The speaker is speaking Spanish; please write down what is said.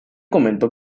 comentó